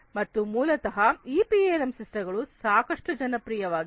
ಮತ್ತು ಮೂಲತಃ ಈ ಪಿಎಲ್ಎಂ ಸಿಸ್ಟಮ್ ಗಳು ಸಾಕಷ್ಟು ಜನಪ್ರಿಯವಾಗಿವೆ